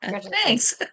thanks